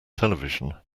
television